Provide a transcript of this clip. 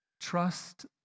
Trust